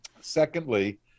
secondly